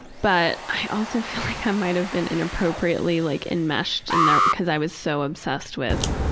but i also think i might have been inappropriately like enmeshed in their cause i was so obsessed with